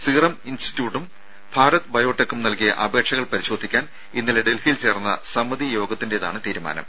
serum ഇൻസ്റ്റിറ്റ്യൂട്ടും ഭാരത് ബയോടെക്കും നൽകിയ അപേക്ഷകൾ പരിശോധിക്കാൻ ഇന്നലെ ഡൽഹിയിൽ ചേർന്ന സമിതി യോഗത്തിന്റേതാണ് തീരുമാനം